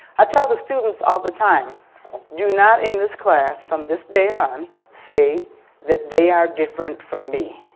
i tell the students all the time do not in this class from this day on say that they are different from me.